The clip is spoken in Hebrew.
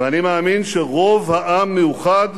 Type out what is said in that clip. ואני מאמין שרוב העם מאוחד